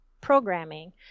programming